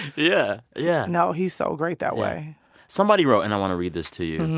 yeah, yeah no, he's so great that way somebody wrote and i want to read this to you.